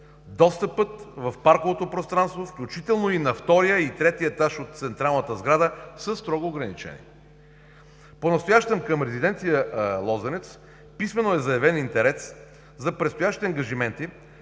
достъпът в парковото пространство, включително на втория и на третия етаж от централната сграда, е строго ограничен. Понастоящем към резиденция „Лозенец“ писмено е заявен интерес за предстоящи ангажименти,